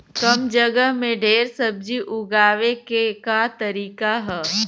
कम जगह में ढेर सब्जी उगावे क का तरीका ह?